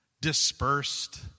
dispersed